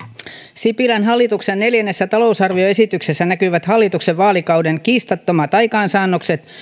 sipilän hallituksen neljännessä talousarvioesityksessä näkyvät hallituksen vaalikauden kiistattomat aikaansaannokset